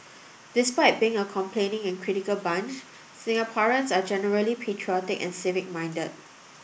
despite being a complaining and critical bunch Singaporeans are generally patriotic and civic minded